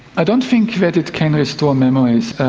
i don't think that it can restore memories.